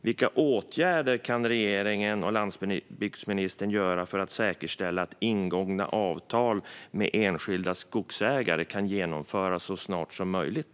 Vilka åtgärder kan regeringen och landsbygdsministern vidta för att säkerställa att ingångna avtal med enskilda skogsägare kan genomföras så snart som möjligt?